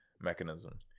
mechanism